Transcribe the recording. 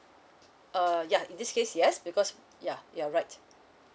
uh ya in this case yes because ya you're right